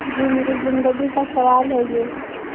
جی میری زندگی کا سوال ہے یہ